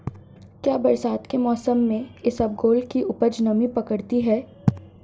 क्या बरसात के मौसम में इसबगोल की उपज नमी पकड़ती है?